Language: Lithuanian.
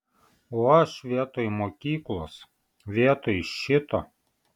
o aš vietoj mokyklos vietoj šito